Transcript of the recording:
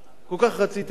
כך רציתם בחירות?